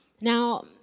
Now